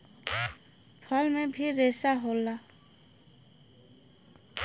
फल में भी रेसा होला